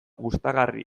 gustagarri